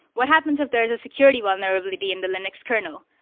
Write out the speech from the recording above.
what happens if there's a security vulnerability in the linux kernel?